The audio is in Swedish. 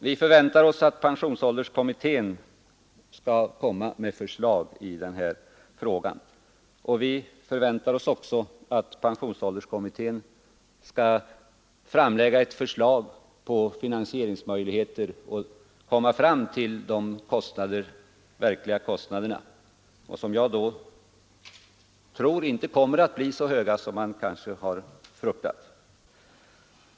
Vi förväntar oss att pensionsålderskommittén skall komma med förslag i frågan, och vi förväntar oss också att denna kommitté skall framlägga ett förslag beträffande finansieringsmöjligheten och redovisa de verkliga kostnader na, som jag inte tror kommer att bli så höga som man har fruktat.